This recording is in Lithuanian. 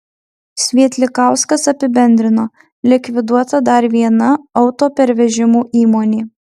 svietlikauskas apibendrino likviduota dar viena autopervežimų įmonė